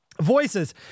Voices